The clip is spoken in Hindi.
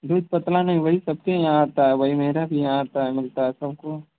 दूध पतला नहीं वही सबके यहाँ आता है वही मेरा भी यहाँ भी आता है मिलता है सब को